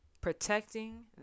protecting